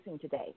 today